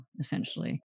essentially